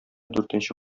дүртенче